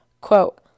quote